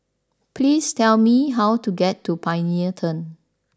please tell me how to get to Pioneer Turn